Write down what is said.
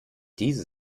diese